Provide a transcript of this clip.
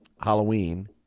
Halloween